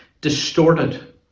distorted